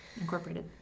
incorporated